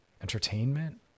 entertainment